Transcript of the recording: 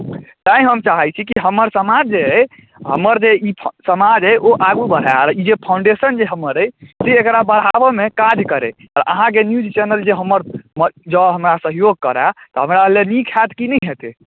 तैँ हम चाहैत छी कि हमर समाज जे अइ हमर जे ई समाज अइ ओ आगू बढ़य आ ओ फाउन्डेशन जे हमर अइ से एकरा बढ़ाबयमे काज करय अहाँके जे न्यूज चैनल हमर जँ हमरा सहयोग करय तऽ हमरा लेल नीक हैत कि नीक हेतै